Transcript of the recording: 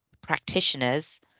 practitioners